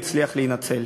הצליח להינצל.